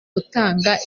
gutanga